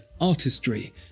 artistry